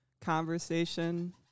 conversation